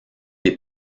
des